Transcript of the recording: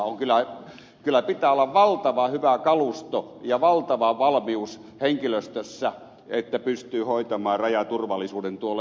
kyllä pitää olla valtavan hyvä kalusto ja valtava valmius henkilöstössä että pystyy hoitamaan rajaturvallisuuden tuolla